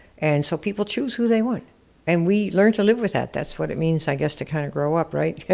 and so people choose who they want and we learn to live with that. that's what it means, i guess, to kind of grow up, right.